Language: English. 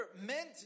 meant